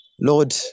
Lord